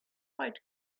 fight